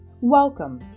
Welcome